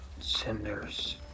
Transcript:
cinders